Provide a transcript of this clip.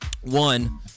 one